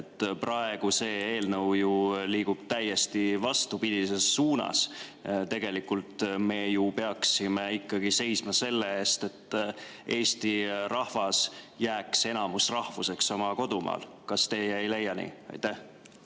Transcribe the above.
Praegu see eelnõu ju liigub täiesti vastupidises suunas. Tegelikult me peaksime seisma ikkagi selle eest, et Eesti rahvas jääks enamusrahvuseks oma kodumaal. Kas teie ei leia nii? Aitäh!